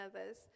others